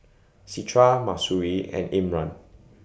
Citra Mahsuri and Imran